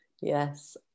yes